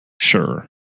Sure